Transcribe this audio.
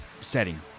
setting